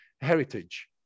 heritage